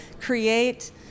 create